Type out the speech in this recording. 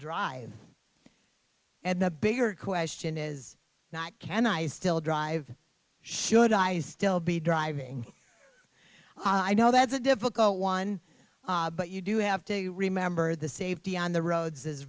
drive and the bigger question is not can i still drive should i still be driving i know that's a difficult one but you do have to remember the safety on the roads is